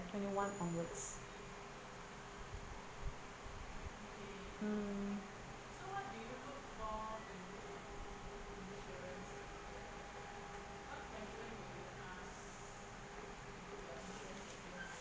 twenty one onwards mm